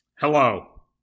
Hello